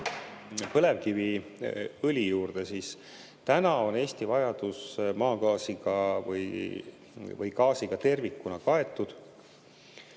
põlevkiviõli juurde, siis täna on Eesti vajadus maagaasiga või gaasiga tervikuna kaetud.